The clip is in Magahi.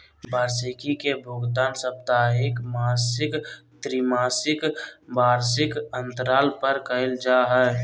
वार्षिकी के भुगतान साप्ताहिक, मासिक, त्रिमासिक, वार्षिक अन्तराल पर कइल जा हइ